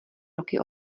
roky